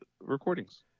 recordings